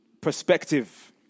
perspective